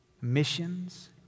missions